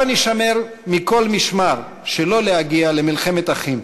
הבה נישמר מכל משמר שלא להגיע למלחמת אחים,